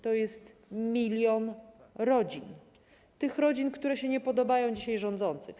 To jest 1 mln rodzin, tych rodzin, które się nie podobają dzisiaj rządzącym.